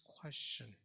question